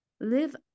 live